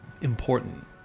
important